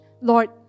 Lord